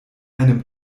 einem